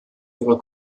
ihrer